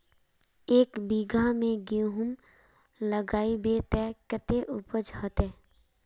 एक बिगहा में गेहूम लगाइबे ते कते उपज होते?